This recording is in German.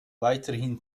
weiterhin